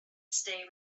stay